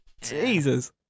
Jesus